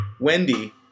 Wendy